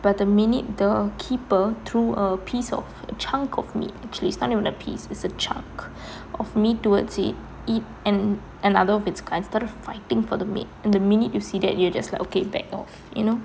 but the minute the keeper threw a piece of chunk of meat actually it's not even a piece it's a chunk of meat towards it it and and other of its kind started fighting for the meat and the minute you see that you just like okay back off you know